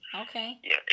Okay